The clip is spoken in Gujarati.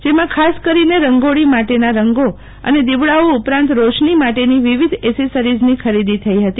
જેમાં ખાસ કરીને રંગોળી માટેના રંગો અને દીવડાઓ ઉપરાંત રોશની માટેની વિવિધ ઐસેસરીઝની ખરીદી થઇ હતી